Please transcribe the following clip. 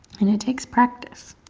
and it takes practice.